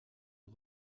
est